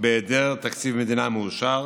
בהיעדר תקציב מדינה מאושר